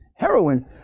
Heroin